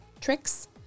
tricks